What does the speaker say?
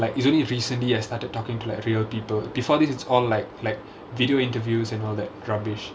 like it's only recently I started talking to like real people before this it's all like like video interviews and all that rubbish